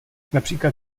například